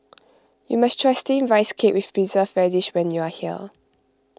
you must try Steamed Rice Cake with Preserved Radish when you are here